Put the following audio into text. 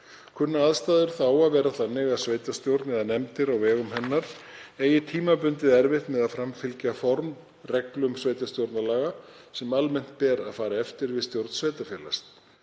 Kunna aðstæður þá að vera þannig að sveitarstjórn eða nefndir á vegum hennar eigi tímabundið erfitt með að framfylgja formreglum sveitarstjórnarlaga sem almennt ber að fara eftir við stjórn sveitarfélags.